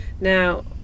now